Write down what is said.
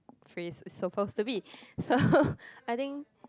face is supposed to be so I think